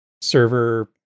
Server